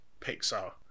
Pixar